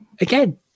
again